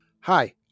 Hi